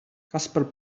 casper